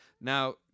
Now